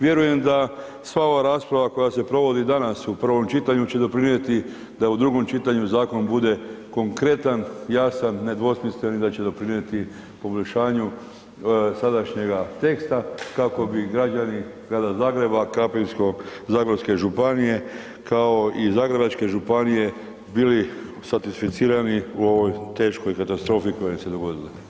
Vjerujem da sva ova rasprava koja se provodi danas u prvom čitanju će doprinijeti da u drugom čitanju zakon bude konkretan, jasan, nedvosmislen i da će doprinijeti poboljšanju sadašnjega teksta kako bi građani Grada Zagreba, Krapinsko-zagorske županije kao i Zagrebačke županije bili satisficirani u ovoj teškoj katastrofi koja im se dogodila.